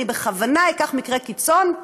אני בכוונה אקח מקרה קיצון: